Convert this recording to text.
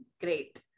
Great